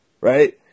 Right